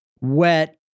wet